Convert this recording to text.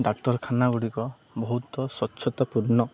ଡାକ୍ତରଖାନା ଗୁଡ଼ିକ ବହୁତ ସ୍ୱଚ୍ଛତାପୂର୍ଣ୍ଣ